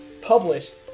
published